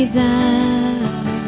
down